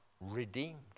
redeemed